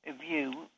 view